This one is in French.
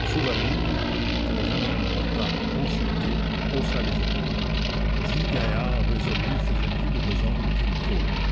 souvarine que le jeune homme monta consulter haussa les épaules dix gaillards résolus faisaient plus de besogne qu'une foule